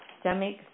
Stomach